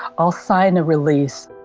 i'll sign a release.